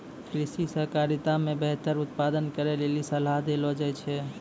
कृषि सहकारिता मे बेहतर उत्पादन करै लेली सलाह देलो जाय छै